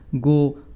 go